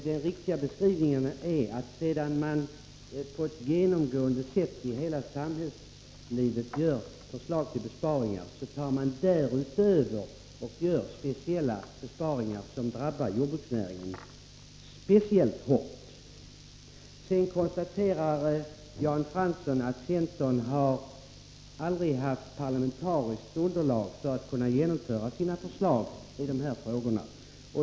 Den riktiga beskrivningen är, att sedan man på ett genomgripande sätt i hela samhällslivet gjort upp förslag till besparingar, gör man därutöver speciella besparingar som drabbar jordbruksnäringen särskilt hårt. Vidare konstaterar Jan Fransson att centern aldrig har haft parlamentariskt underlag för att kunna genomföra sina förslag i dessa frågor.